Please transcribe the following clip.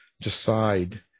decide